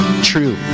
true